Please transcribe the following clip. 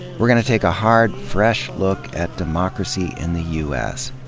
we're gonna take a hard, fresh look at democracy in the u s,